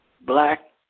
Black